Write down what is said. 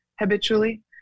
habitually